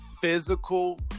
physical